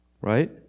right